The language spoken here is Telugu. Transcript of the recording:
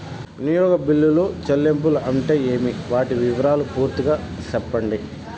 వినియోగ బిల్లుల చెల్లింపులు అంటే ఏమి? వాటి వివరాలు పూర్తిగా సెప్పండి?